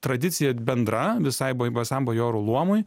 tradicija bendra visai basam bajorų luomui